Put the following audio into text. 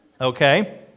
Okay